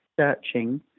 searching